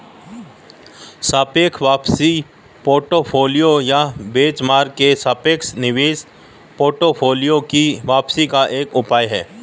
सापेक्ष वापसी पोर्टफोलियो या बेंचमार्क के सापेक्ष निवेश पोर्टफोलियो की वापसी का एक उपाय है